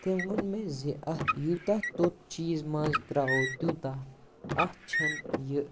تٔمۍ ووٚن مےٚ زِ اَتھ یوٗتاہ توٚت چیٖز منٛز ترٛاوَو تیٛوٗتاہ اَتھ چھےٚ نہٕ یہِ